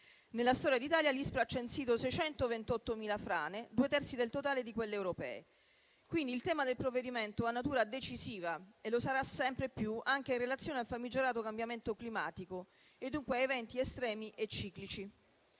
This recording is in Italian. e la ricerca ambientale (ISPRA) ha censito 628.000 frane, due terzi del totale di quelle europee. Pertanto, il tema del provvedimento ha natura decisiva e lo sarà sempre più anche in relazione al famigerato cambiamento climatico e dunque a eventi estremi e ciclici.